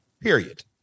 Period